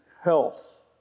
health